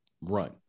run